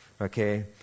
okay